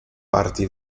parti